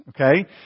okay